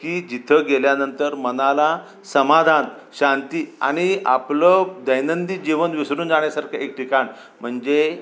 की जिथं गेल्यानंतर मनाला समाधान शांती आणि आपलं दैनंदिन जीवन विसरून जाण्यासारखं एक ठिकाण म्हणजे